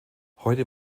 heute